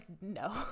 No